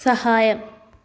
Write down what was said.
സഹായം